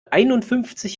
einundfünfzig